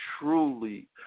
truly